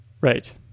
right